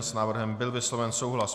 S návrhem byl vysloven souhlas.